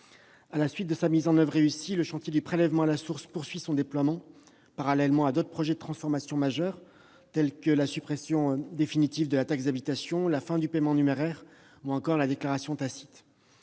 À la suite de sa mise en oeuvre réussie, le prélèvement à la source poursuit son déploiement, parallèlement à d'autres projets de transformations majeurs tels que la suppression définitive de la taxe d'habitation, la fin du paiement en numéraire et la déclaration tacite.